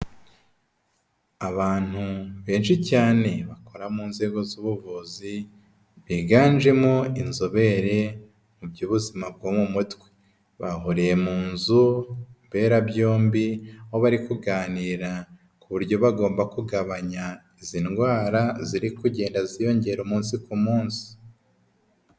Abantu benshi cyane bakora mu nzego z'ubuvuzi, biganjemo inzobere mu by'ubuzima bwo mu mutwe, bahuriye mu nzu mberabyombi aho bari kuganira ku buryo bagomba kugabanya izi ndwara ziri kugenda ziyongera umunsi ku munsi.